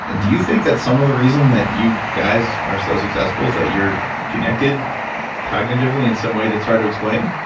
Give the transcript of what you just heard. ah do you think that some of the reason that you guys are so successful is that you're connected cognitively in some way that's hard to explain?